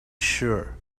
sure